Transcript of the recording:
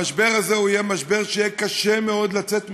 המשבר הזה יהיה משבר שיהיה קשה מאוד לצאת ממנו.